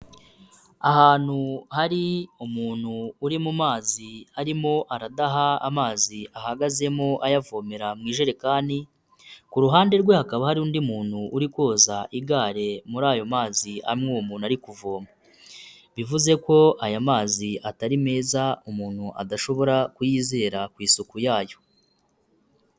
Ahantu hari umuntu uri mu mazi arimo aradaha amazi ahagazemo ayavomera mu ijerekani, ku ruhande rwe hakaba hari undi muntu uri koza igare muri ayo mazi arimo uro umuntu ari kuvoma. Bivuze ko aya mazi atari meza umuntu adashobora kuyizera ku isuku yayo.